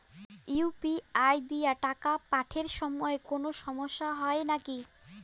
UPI দিয়া টাকা পাঠের সময় কোনো সমস্যা হয় নাকি?